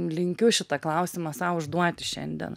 linkiu šitą klausimą sau užduoti šiandien